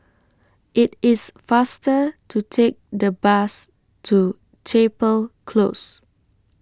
IT IS faster to Take The Bus to Chapel Close